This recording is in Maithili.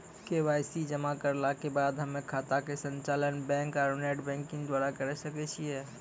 के.वाई.सी जमा करला के बाद हम्मय खाता के संचालन बैक आरू नेटबैंकिंग द्वारा करे सकय छियै?